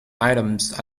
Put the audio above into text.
items